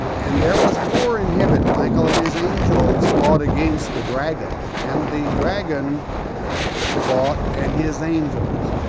and there was war in heaven, michael and his angels fought against the dragon. and the dragon fought and his angels,